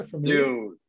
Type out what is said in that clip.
Dude